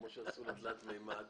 כמו לתלת-מימד.